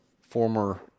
former